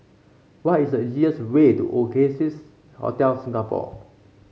what is the easiest way to Oasia Hotel Singapore